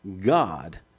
God